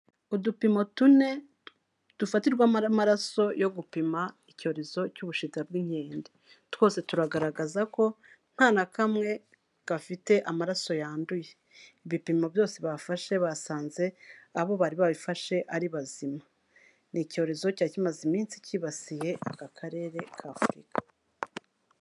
Udupimo tune, dufatirwamo amaraso yo gupima icyorezo cy'ubushira bw'inkende. Twose turagaragaza ko nta na kamwe gafite amaraso yanduye. Ibipimo byose bafashe basanze abo bari babifashe ari bazima. Ni icyorezo cyari kimaze iminsi kibasiye aka Karere ka Afurika.